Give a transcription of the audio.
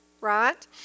right